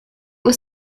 was